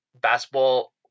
basketball